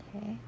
Okay